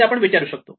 असे आपण विचारू शकतो